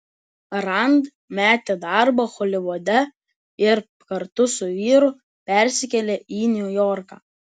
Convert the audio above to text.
rand metė darbą holivude ir kartu su vyru persikėlė į niujorką